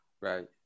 Right